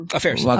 Affairs